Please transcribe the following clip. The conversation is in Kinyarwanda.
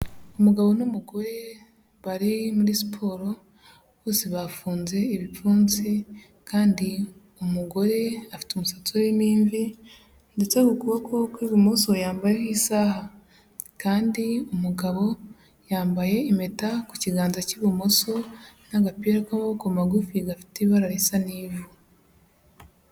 Umugabo n'umugore bari muri siporo, bose bafunze ibipfunsi kandi umugore afite umusatsi urimo imvi ndetse ku kuboko kw'ibumoso yambaye isaha kandi umugabo yambaye impeta ku kiganza cy'ibumoso, n'agapira k'amaboko magufi gafite ibara risa n'ivu.